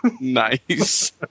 Nice